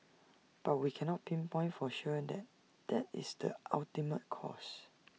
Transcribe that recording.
but we cannot pinpoint for sure that that is the ultimate cause